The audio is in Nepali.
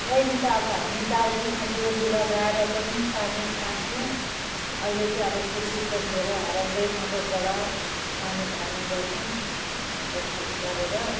पहिले त अब हामी बाल्टीमा डोरी लगाएर पनि पानी तान्थ्यौँ अहिले चाहिँ अब त्यो सिस्टम धेरै हराउँदै मोटरबाट पानी तान्ने गर्छौँ मोटर फिट गरेर